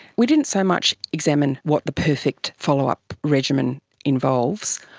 we didn't so much examine what the perfect follow-up regime and involves.